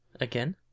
again